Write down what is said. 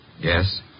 Yes